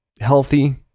healthy